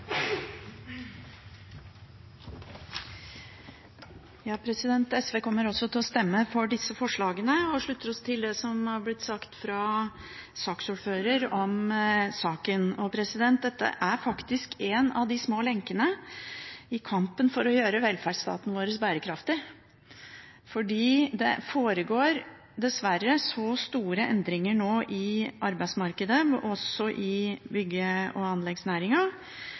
blitt sagt fra saksordføreren om saken. Dette er faktisk en av de små lenkene i kampen for å gjøre velferdsstaten vår bærekraftig, fordi det dessverre nå foregår så store endringer i arbeidsmarkedet, også i bygge- og